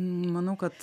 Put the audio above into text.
manau kad